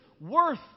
worth